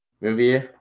movie